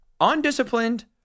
Undisciplined